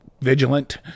vigilant